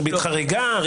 ריבית חריגה?